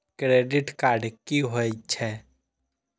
Credit card की होय छै?